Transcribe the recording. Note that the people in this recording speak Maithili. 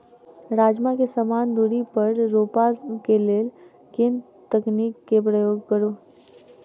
राजमा केँ समान दूरी पर रोपा केँ लेल केँ तकनीक केँ प्रयोग करू?